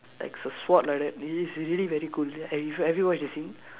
like s~ sword like that he is really very cool and he have you ever watched the scene